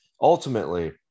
ultimately